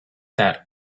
that